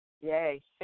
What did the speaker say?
Yay